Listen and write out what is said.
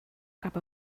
cap